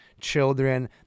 children